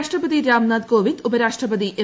രാഷ്ട്രപതി രാംനാഥ് കോവിന്ദ് ഉപരാഷ്ട്രപതി എം